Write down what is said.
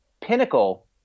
pinnacle